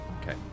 Okay